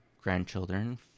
grandchildren